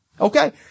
Okay